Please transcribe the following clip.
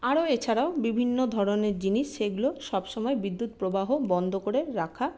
আরও এছাড়াও বিভিন্ন ধরনের জিনিস সেগুলো সবসময় বিদ্যুৎ প্রবাহ বন্ধ করে রাখা